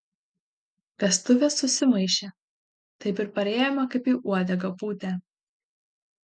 vestuvės susimaišė taip ir parėjome kaip į uodegą pūtę